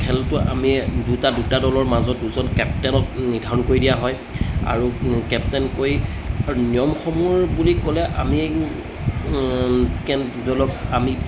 খেলটো আমি দুটা দুটা দলৰ মাজত দুজন কেপ্টেনত নিৰ্ধাৰণ কৰি দিয়া হয় আৰু কেপ্টেনকৈ নিয়মসমূহ বুলি ক'লে আমি ধৰি লওক আমি